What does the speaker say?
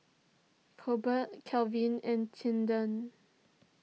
Colbert Calvin and Tilden